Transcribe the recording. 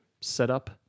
setup